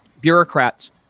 bureaucrats